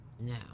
No